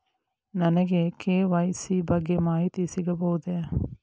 ನನಗೆ ಕೆ.ವೈ.ಸಿ ಬಗ್ಗೆ ಮಾಹಿತಿ ಸಿಗಬಹುದೇ?